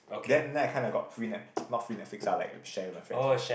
then I kinda got free Net~ not free Netflix lah like share with my friends mah